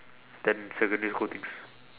than secondary school things